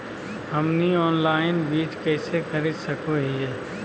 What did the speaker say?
हमनी ऑनलाइन बीज कइसे खरीद सको हीयइ?